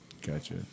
Gotcha